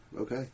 Okay